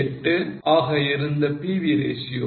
18 ஆக இருந்த PV ratio 0